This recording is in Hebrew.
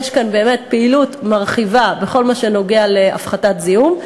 יש כאן באמת פעילות מרחיבה בכל מה שנוגע להפחתת זיהום.